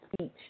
speech